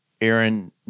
Aaron